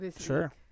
Sure